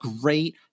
great